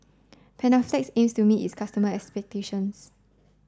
Panaflex aims to meet its customers expectation